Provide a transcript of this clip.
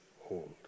hold